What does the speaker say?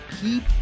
keep